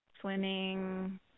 swimming